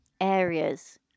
areas